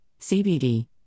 CBD